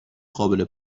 قابل